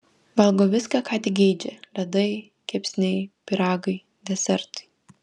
valgo viską ką tik geidžia ledai kepsniai pyragai desertai